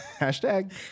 Hashtag